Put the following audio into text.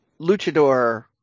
luchador